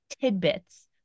tidbits